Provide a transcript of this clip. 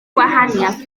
gwahaniaeth